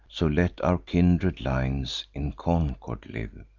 so let our kindred lines in concord live,